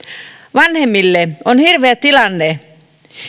vanhemmille on hirveä tilanne